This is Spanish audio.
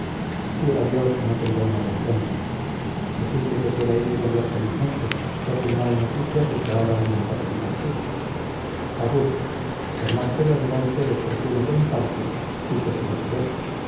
quiera dios que no tenga un mal encuentro es posible que pueda ir y volver felizmente porque no hay noticias de que ahora anden por aquí partidas abur a sor marcela le da usted expresiones de mi parte y que se deje ver